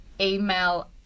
email